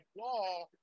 law